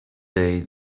day